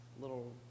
little